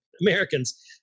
Americans